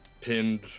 pinned